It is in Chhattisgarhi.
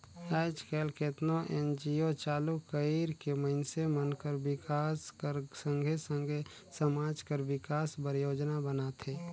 आएज काएल केतनो एन.जी.ओ चालू कइर के मइनसे मन कर बिकास कर संघे संघे समाज कर बिकास बर योजना बनाथे